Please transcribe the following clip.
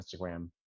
Instagram